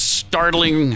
startling